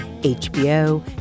HBO